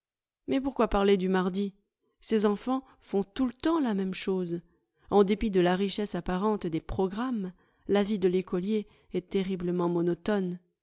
mais pourquoi parler du mardi ces enfants font tout le temps la même chose en dépit delà richesse apparente des programmes la vie de l'écolier est terriblement monotone